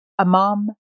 Amam